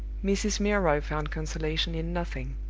mrs. milroy found consolation in nothing.